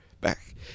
back